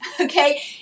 okay